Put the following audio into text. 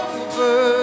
over